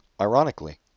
ironically